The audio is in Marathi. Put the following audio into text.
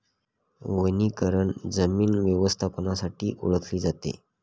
वनीकरण जमीन व्यवस्थापनासाठी ओळखले जाते